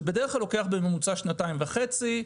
זה בדרך כלל לוקח בממוצע שנתיים וחצי,